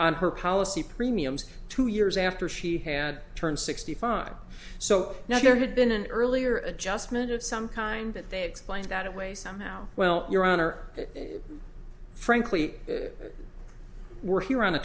on her policy premiums two years after she had turned sixty five so now there had been an earlier adjustment of some kind that they explained that way somehow well your honor frankly we're here on a